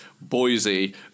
Boise